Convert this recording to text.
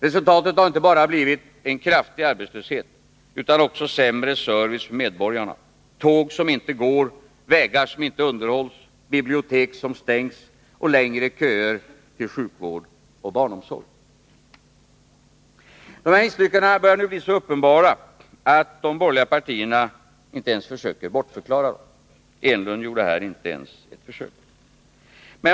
Resultatet har inte bara blivit en kraftig arbetslöshet utan också sämre service för medborgarna: tåg som inte går, vägar som inte underhålls, bibliotek som stängs och längre köer till sjukvård och barnomsorg. Dessa misslyckanden börjar nu bli så uppenbara att de borgerliga partierna inte ens försöker bortförklara dem — Eric Enlund gjorde det inte heller.